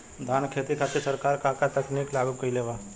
धान क खेती खातिर सरकार का का तकनीक लागू कईले बा?